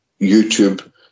YouTube